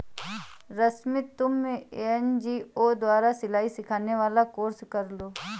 रश्मि तुम एन.जी.ओ द्वारा सिलाई सिखाने वाला कोर्स कर लो